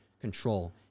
control